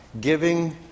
giving